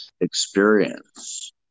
experience